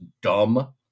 dumb